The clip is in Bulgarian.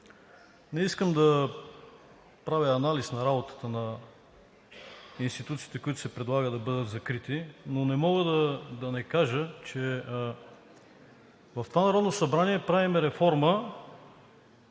Не искам да правя анализ на работа на институциите, които се предлага да бъдат закрити. Но не мога да не кажа, че в това Народно събрание правим реформа